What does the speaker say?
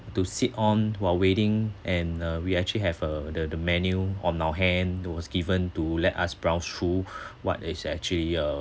to sit on while waiting and uh we actually have a the the menu on our hand it was given to let us browse through what is actually uh